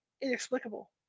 inexplicable